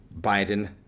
Biden